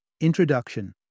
Introduction